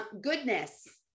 goodness